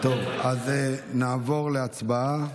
אז נעבור להצבעה.